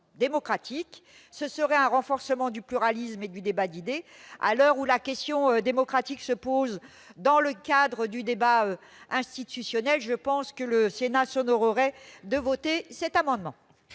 démocratique renforçant le pluralisme et le débat d'idées. À l'heure où la question démocratique se pose dans le cadre du débat institutionnel, le Sénat s'honorerait de voter cet amendement.